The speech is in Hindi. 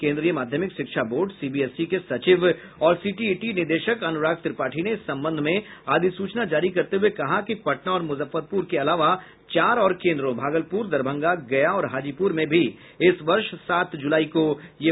केंद्रीय माध्यमिक शिक्षा बोर्ड सीबीएसई के सचिव और सीटीईटी निदेशक अनुराग त्रिपाठी ने इस संबंध में अधिसूचना जारी करते हुए कहा है कि पटना और मुजफ्फरपुर के अलावा चार और केंद्रों भागलपुर दरभंगा गया और हाजीपुर में भी इस वर्ष सात जुलाई को ये परीक्षा ली जायेगी